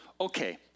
Okay